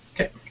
okay